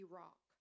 rock